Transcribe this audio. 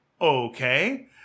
okay